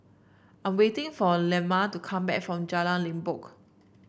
I'm waiting for Lemma to come back from Jalan Limbok